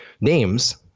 names